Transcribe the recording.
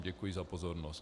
Děkuji za pozornost.